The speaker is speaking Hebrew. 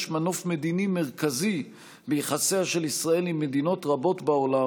מנוף מדיני מרכזי ביחסיה של ישראל עם מדינות רבות בעולם